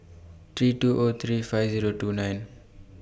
three two O three five Zero two nine